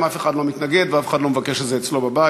אם אף אחד לא מתנגד ואף אחד לא מבקש את זה אצלו בבית.